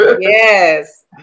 yes